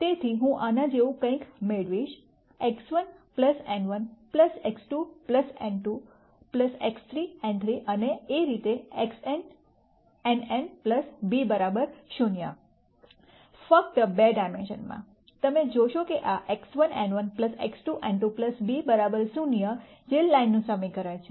તેથી હું આના જેવું કંઈક મેળવીશ X1 n1 X2 n2 X3 n3 અને તે રીતે Xn nn b 0 ફક્ત બે ડાયમેન્શનમાં તમે જોશો કે આ X1 n1 X2 n2 b 0 જે લાઇનનું સમીકરણ છે